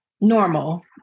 normal